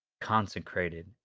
consecrated